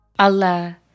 Allah